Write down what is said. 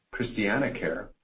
ChristianaCare